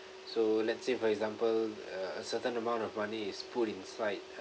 so let's say for example a certain amount of money is put inside